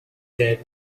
that